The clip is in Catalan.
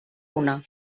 una